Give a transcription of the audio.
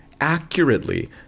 accurately